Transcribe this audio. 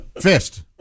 Fist